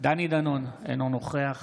דני דנון, אינו נוכח